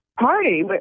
party